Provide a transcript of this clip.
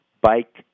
bike